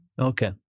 okay